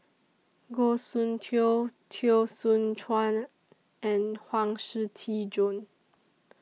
Goh Soon Tioe Teo Soon Chuan and Huang Shiqi Joan